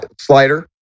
slider